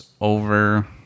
over